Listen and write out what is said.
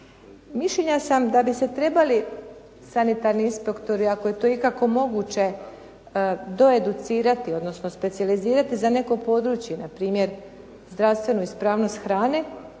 Mišljenja sam da bi se trebali sanitarni inspektori ako je to ikako moguće doeducirati odnosno specijalizirati za neko područje npr. zdravstvenu ispravnost hrane.